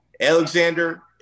Alexander